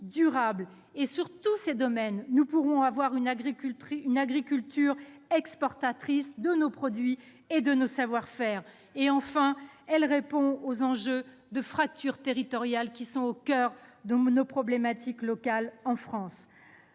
durable. Dans tous ces domaines, nous pouvons avoir une agriculture exportatrice de nos produits et de nos savoir-faire. Très bien ! Enfin, elle répond aux enjeux de fracture territoriale qui sont au coeur des problématiques locales de notre